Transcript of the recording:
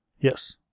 Yes